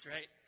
Right